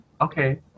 okay